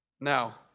Now